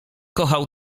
kochał